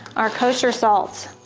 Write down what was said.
our kosher salt.